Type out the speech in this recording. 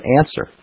answer